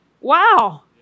Wow